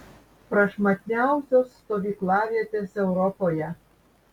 prašmatniausios stovyklavietės europoje